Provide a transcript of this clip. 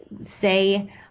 say